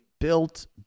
built